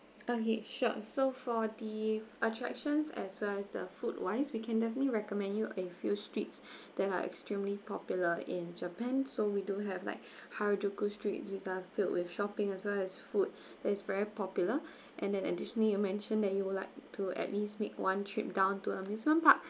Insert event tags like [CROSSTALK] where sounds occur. okay sure so for the attractions as well as the food wise we can definitely recommend you a few streets [BREATH] that are extremely popular in japan so we do have like [BREATH] harajuku street which are filled with shopping as well as foods is very popular and then additionally you mentioned that you would like to at least make one trip down to amusement park